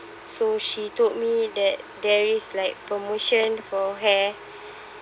so she told me that there is like promotion for hair